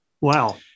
Wow